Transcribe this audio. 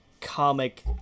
comic